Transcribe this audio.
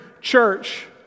church